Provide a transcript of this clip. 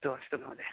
अस्तु अस्तु महोदय